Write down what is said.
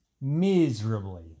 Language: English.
Miserably